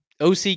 OC